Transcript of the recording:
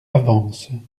avancent